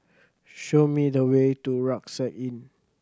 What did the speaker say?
show me the way to Rucksack Inn